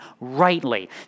rightly